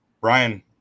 Brian